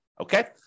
Okay